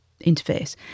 interface